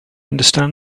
understand